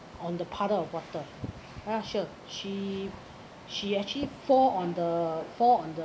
on the puddle of water not sure she she actually fall on the fall on the